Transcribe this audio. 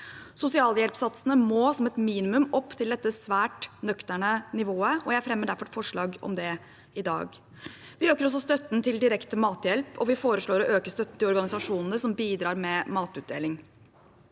Sosialhjelpssatsene må som et minimum opp til dette svært nøkterne nivået, og jeg fremmer derfor forslag om det i dag. Vi øker også støtten til direkte mathjelp, og vi foreslår å øke støtten til organisasjonene som bidrar med matutdeling.